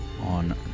on